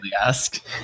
ask